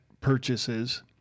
purchases